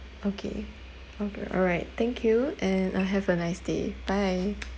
okay all all right thank you and uh have a nice day bye